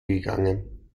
gegangen